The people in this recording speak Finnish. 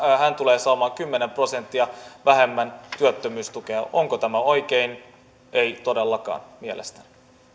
hän tulee saamaan kymmenen prosenttia vähemmän työttömyystukea onko tämä oikein ei todellakaan mielestäni